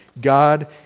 God